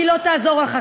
כי היא לא תעזור לחקלאים.